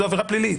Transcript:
זו עבירה פלילית.